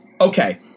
Okay